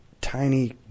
tiny